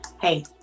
hey